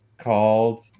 called